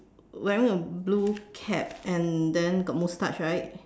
wearing a blue cap and then got mustache right